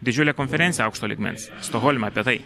didžiulė konferencija aukšto lygmens stokholme apie tai